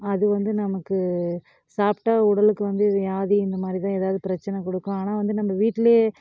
அது வந்து நமக்கு சாப்பிட்டா உடலுக்கு வந்து வியாதி இந்த மாதிரி தான் ஏதாவது பிரச்சின கொடுக்கும் ஆனால் வந்து நம்ம வீட்டிலே